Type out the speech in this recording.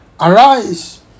arise